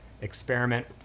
experiment